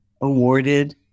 awarded